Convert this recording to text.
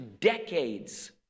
decades